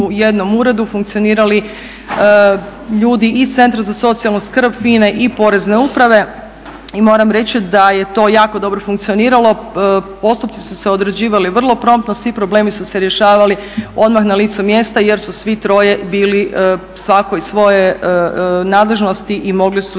u jednom uredu funkcionirali ljudi iz Centra za socijalnu skrb, FINA-e i Porezne uprave. I moram reći da je to jako dobro funkcioniralo. Postupci su se određivali vrlo promptno. Svi problemi su se rješavali odmah na licu mjesta jer su svi troje bili svako i svoje nadležnosti i mogli su